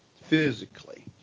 physically